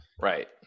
Right